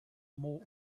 more